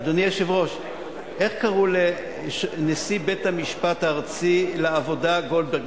איך קראו לנשיא בית-המשפט הארצי לעבודה גולדברג?